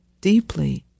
deeply